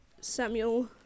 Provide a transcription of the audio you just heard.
Samuel